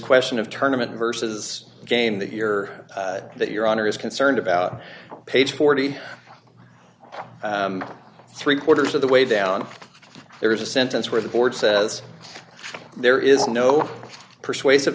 question of tournaments versus the game that you're that your honor is concerned about page forty three quarters of the way down there's a sentence where the board says there is no persuasive